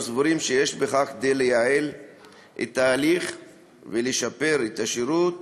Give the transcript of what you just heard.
אנו סבורים שיש בכך כדי לייעל את ההליך ולשפר את השירות